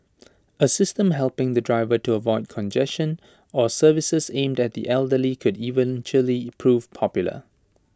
A system helping the driver to avoid congestion or services aimed at the elderly could eventually prove popular